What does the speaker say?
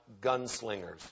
gunslingers